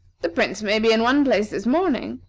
the prince may be in one place this morning,